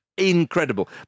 Incredible